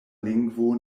lingvo